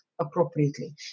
appropriately